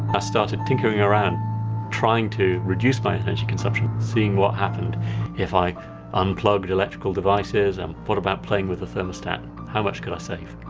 i started tinkering around trying to reduce my energy consumption, seeing what happened if i unplugged electrical devices, and what about playing with the thermostat, how much could i save?